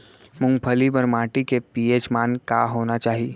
मूंगफली बर माटी के पी.एच मान का होना चाही?